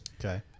Okay